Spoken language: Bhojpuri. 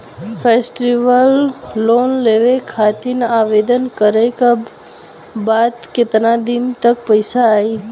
फेस्टीवल लोन लेवे खातिर आवेदन करे क बाद केतना दिन म पइसा आई?